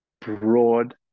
broad